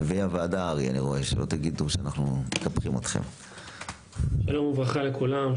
שלום וברכה לכולם,